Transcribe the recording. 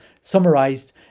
summarized